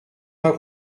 pas